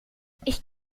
ich